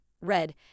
red